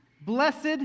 Blessed